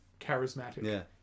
charismatic